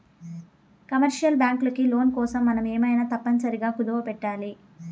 commercial బ్యాంకులకి loan కోసం మనం ఏమైనా తప్పనిసరిగా కుదవపెట్టాలి